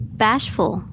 bashful